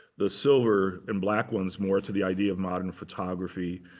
the silver and black ones more to the idea of modern photography.